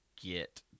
get